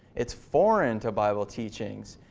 it's foreign to bible teachings.